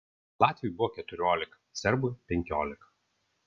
latviui buvo keturiolika serbui penkiolika